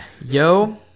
yo